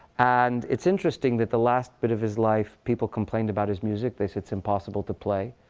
and it's interesting that the last bit of his life, people complained about his music. they said, it's impossible to play.